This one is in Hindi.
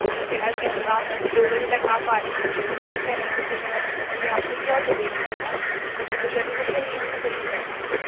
ठीक है अगर आप अभी दो बजे तक आ पा रहीहैं तो ठीक है नहीं तो फिर मैं यह आप किसी और को दे दीजिएगा जब मुझे ज़रूरत रहेगी तो मैं फिर से कर लूँगी